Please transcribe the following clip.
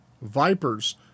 vipers